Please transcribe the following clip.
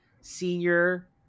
senior